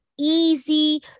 easy